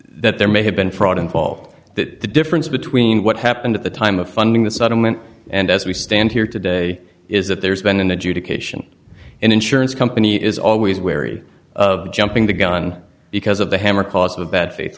that there may have been fraud involved that the difference between what happened at the time of funding the settlement and as we stand here today is that there's been an adjudication an insurance company is always wary of jumping the gun because of the hammer cause of bad faith